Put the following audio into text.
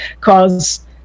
cause